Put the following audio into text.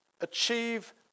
achieve